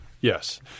Yes